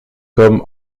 comme